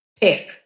pick